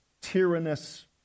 tyrannous